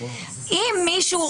אם מישהו,